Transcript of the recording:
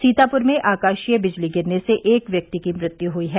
सीतापुर में आकाशीय बिजली गिरने से एक व्यक्ति की मृत्यु हुयी है